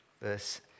verse